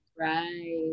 Right